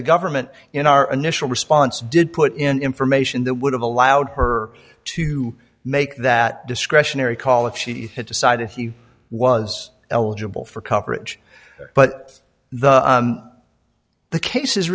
the government in our initial response did put in information that would have allowed her to make that discretionary call if she had decided he was eligible for coverage but the the case